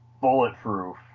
bulletproof